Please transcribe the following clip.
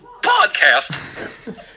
podcast